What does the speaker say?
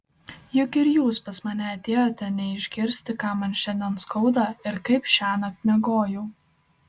juk ir jūs pas mane atėjote ne išgirsti ką man šiandien skauda ir kaip šiąnakt miegojau